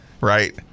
right